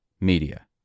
media